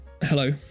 Hello